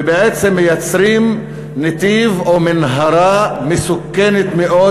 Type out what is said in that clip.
ובעצם מייצרים נתיב או מנהרה מסוכנת מאוד,